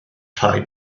rhain